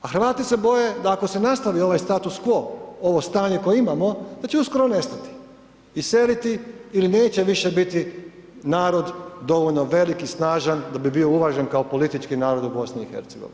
A Hrvati se boje ako se nastavi ovaj status quo ovo stanje koje imamo, da će uskoro nestati, iseliti il neće više biti narod dovoljno velik i snažan da bi bio uvažen kao politički narod u BiH.